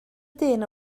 dyn